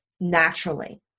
naturally